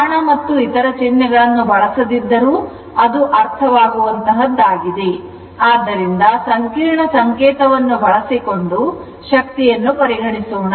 ಬಾಣ ಮತ್ತು ಇತರ ಚಿಹ್ನೆಗಳನ್ನು ಬಳಸದಿದ್ದರೂ ಅದು ಅರ್ಥವಾಗುವಂತಹದ್ದಾಗಿದೆ ಆದ್ದರಿಂದ ಸಂಕೀರ್ಣ ಸಂಕೇತವನ್ನು ಬಳಸಿಕೊಂಡು ಶಕ್ತಿಯನ್ನು ಪರಿಗಣಿಸೋಣ